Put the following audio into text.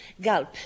gulp